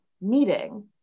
meeting